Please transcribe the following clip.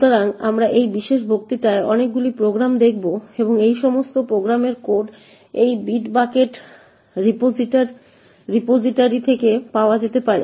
সুতরাং আমরা এই বিশেষ বক্তৃতায় অনেকগুলি প্রোগ্রাম দেখব এবং এই সমস্ত প্রোগ্রামের কোড এই বিটবাকেট রিপোজিটরি থেকে পাওয়া যেতে পারে